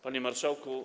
Panie Marszałku!